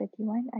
31